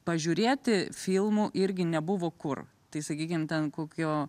pažiūrėti filmų irgi nebuvo kur tai sakykim ten kokio